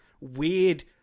weird